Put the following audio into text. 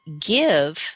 give